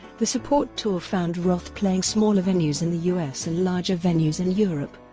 the support tour found roth playing smaller venues in the u s. and larger venues in europe.